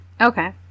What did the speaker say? Okay